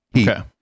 Okay